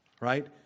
right